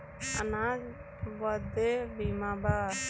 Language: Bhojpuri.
अनाज बदे बीमा बा